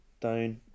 down